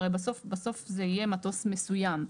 הרי בסוף זה יהיה מטוס מסוים.